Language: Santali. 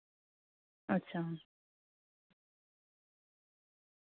ᱟᱪᱪᱷᱟ